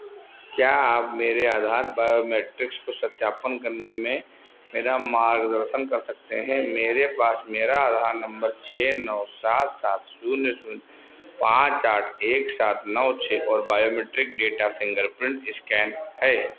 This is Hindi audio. क्या आप मेरे आधार बायोमेट्रिक्स को सत्यापन करने में मेरा मार्गदर्शन कर सकते हैं मेरे पास मेरा आधार नंबर छः नौ सात सात शून्य शून्य पाँच आठ एक सात नौ छः और बायोमेट्रिक डेटा फिंगरप्रिंट इस्कैन है